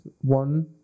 One